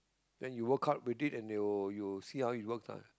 when you work hard with it and you you see how it works lah